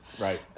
right